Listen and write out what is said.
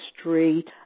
street